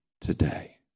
today